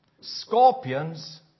Scorpions